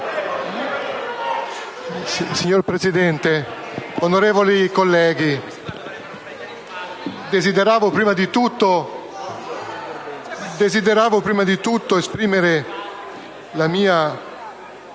Signor Presidente, onorevoli colleghi, desidero prima di tutto esprimere la mia